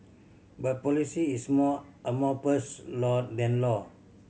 but policy is more amorphous law than law